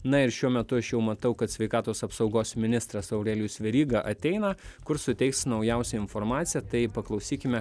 na ir šiuo metu aš jau matau kad sveikatos apsaugos ministras aurelijus veryga ateina kur suteiks naujausią informaciją tai paklausykime